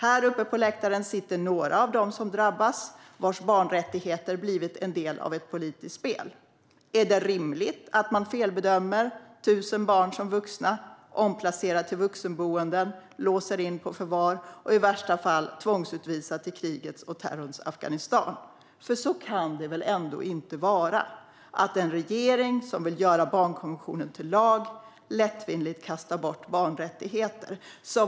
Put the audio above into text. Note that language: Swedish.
Här uppe på åhörarläktaren sitter några av dem som drabbas och vilkas barnrättigheter blivit en del av ett politiskt spel. Är det rimligt att man felbedömer 1 000 barn som vuxna, omplacerar dem till vuxenboenden, låser in dem på förvar och i värsta fall tvångsutvisar dem till krigets och terrorns Afghanistan? Så kan det väl ändå inte vara, att en regering som vill göra barnkonventionen till lag lättvindigt kastar bort barnrättigheter?